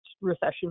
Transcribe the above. recession